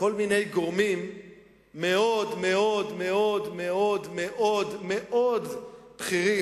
כל מיני גורמים מאוד מאוד מאוד מאוד בכירים,